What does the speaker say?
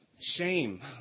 shame